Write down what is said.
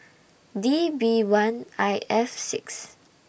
D B one I F six